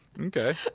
Okay